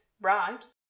bribes